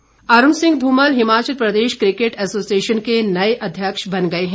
HPCA Arun Singh Dhumal Himachal Pradesh cricket association के नए अध्यक्ष बन गए हैं